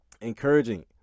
encouraging